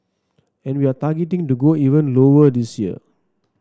and we are targeting to go even lower this year